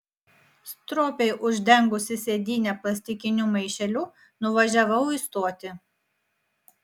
stropiai uždengusi sėdynę plastikiniu maišeliu nuvažiavau į stotį